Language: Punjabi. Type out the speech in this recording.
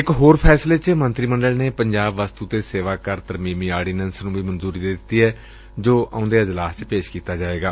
ਇਕ ਹੋਰ ਫੈਸਲੇ ਚ ਮੰਤਰੀ ਮੰਡਲ ਨੇ ਪੰਜਾਬ ਵਸੜ ਤੇ ਸੇਵਾ ਕਰ ਤਰਮੀਮੀ ਆਰਡੀਨੈਸ ਨੂੰ ਵੀ ਮਨਜੁਰੀ ਦੇ ਦਿੱਤੀ ਏ ਜੋ ਆਉਂਦੇ ਅਜਲਾਸ ਚ ਪੇਸ਼ ਕੀਤਾ ਜਾਏਗਾ